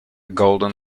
golden